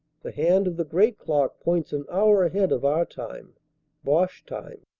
the hand of the great clock points an hour ahead of our time boche time.